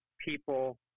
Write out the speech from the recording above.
people